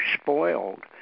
spoiled